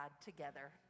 together